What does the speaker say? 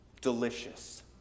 Delicious